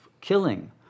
killing